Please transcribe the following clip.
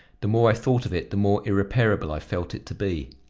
the more i thought of it, the more irreparable i felt it to be.